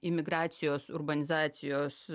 imigracijos urbanizacijos